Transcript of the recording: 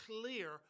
clear